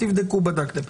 שתבדקו ואכן בדקתם.